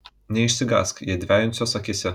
neišsigąsk jei dvejinsiuos akyse